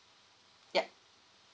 yup